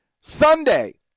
Sunday